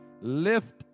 lift